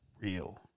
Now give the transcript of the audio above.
Real